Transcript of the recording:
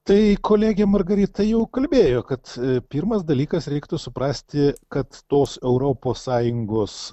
tai kolegė margarita jau kalbėjo kad pirmas dalykas reiktų suprasti kad tos europos sąjungos